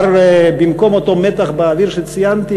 במקום אותו מתח באוויר שציינתי,